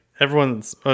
everyone's